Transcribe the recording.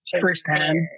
firsthand